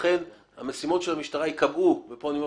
לכן המשימות של המשטרה ייקבעו וכאן אני אומר